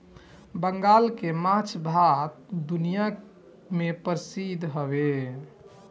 बंगाल के माछ भात पूरा दुनिया में परसिद्ध हवे